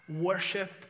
Worship